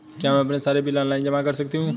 क्या मैं अपने सारे बिल ऑनलाइन जमा कर सकती हूँ?